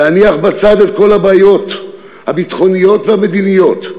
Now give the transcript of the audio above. להניח בצד את כל הבעיות הביטחוניות והמדיניות,